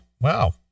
Wow